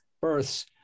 births